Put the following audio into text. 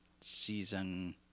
season